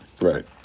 Right